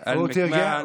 כמכירה פומבית,